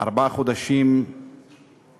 ארבעה חודשים מאז